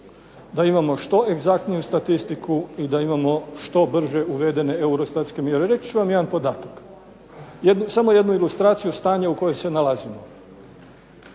da imamo što egzaktniju statistiku i da imamo što brže uvedene EUROSTAT-ske mjere. Reći ću vam samo jedan podatak samo jednu ilustraciju stanja u kojoj se nalazimo.